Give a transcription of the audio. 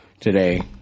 Today